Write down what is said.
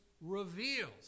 reveals